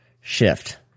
shift